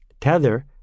Tether